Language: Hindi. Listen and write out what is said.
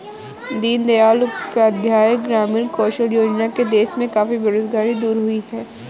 दीन दयाल उपाध्याय ग्रामीण कौशल्य योजना से देश में काफी बेरोजगारी दूर हुई है